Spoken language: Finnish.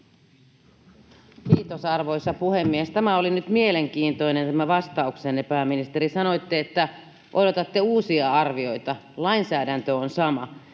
Kiitos, arvoisa puhemies! Tämä oli nyt mielenkiintoinen tämä vastauksenne, pääministeri. Sanoitte, että odotatte uusia arvioita. Lainsäädäntö on sama.